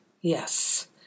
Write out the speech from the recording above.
Yes